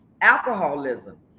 alcoholism